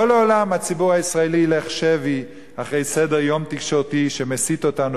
לא לעולם ילך הציבור הישראלי שבי אחרי סדר-יום תקשורתי שמסיט אותנו